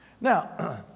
Now